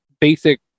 basic